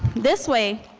this way,